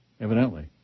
evidently